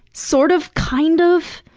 sort of, kind of,